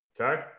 Okay